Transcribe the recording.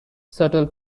shuttle